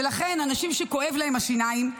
ולכן אנשים שכואבות להם השיניים,